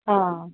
हा